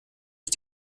ist